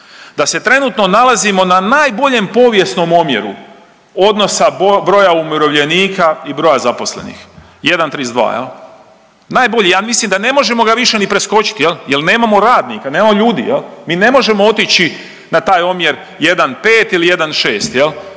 Da se trenutno nalazimo na najboljem povijesnom omjeru odnosa broja umirovljenika i broja zaposlenih 1:32, najbolji, ja ne mislim da ne možemo ga više ni preskočit jel nemamo radnika, nemamo ljudi. Mi ne možemo otići na taj omjer 1:5 ili 1:6 pa